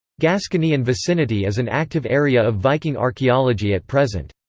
gascony and vicinity is an active area of viking archaeology at present.